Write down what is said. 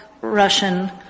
Russian